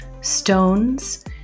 Stones